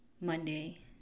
Monday